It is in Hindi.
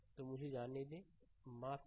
तो मुझे जाने दो माफ़ करना